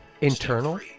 internal